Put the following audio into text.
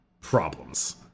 problems